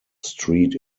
street